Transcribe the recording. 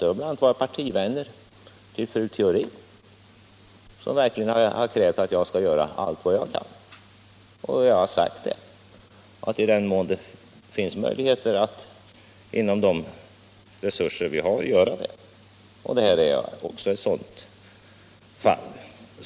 Det har bl.a. varit partivänner till fru Theorin som har krävt att jag skall göra allt vad jag kan, och jag har sagt att jag givetvis skall göra det inom ramen för de resurser vi har.